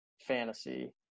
fantasy